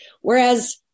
Whereas